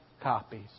copies